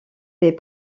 des